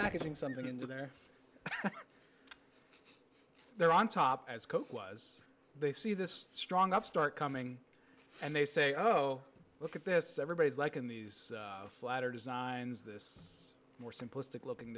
packaging something into their they're on top as coke was they see this strong upstart coming and they say oh look at this everybody's like in these flatter designs this more simplistic looking